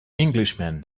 englishman